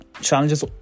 challenges